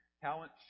Talent